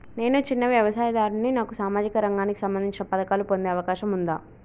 నేను చిన్న వ్యవసాయదారుడిని నాకు సామాజిక రంగానికి సంబంధించిన పథకాలు పొందే అవకాశం ఉందా?